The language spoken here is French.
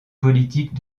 politique